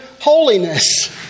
holiness